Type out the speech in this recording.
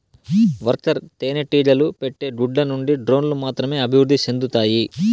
worker తేనెటీగలు పెట్టే గుడ్ల నుండి డ్రోన్లు మాత్రమే అభివృద్ధి సెందుతాయి